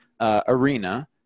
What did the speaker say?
arena